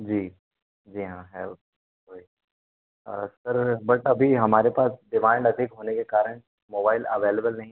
जी जी हाँ help sir बस अभी हमारे पास डिमांड अधिक होने के कारण मोबाइल अवेलेबल नहीं है